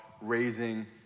raising